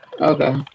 Okay